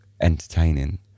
entertaining